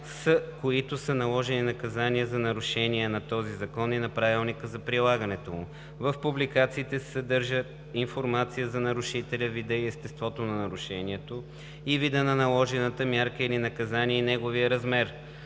които са наложени наказания за нарушения на този закон и на правилника за прилагането му. В публикациите се съдържа информация за нарушителя, вида и естеството на нарушението и, вида на наложената мярка или наказание и неговия размер.